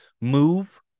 move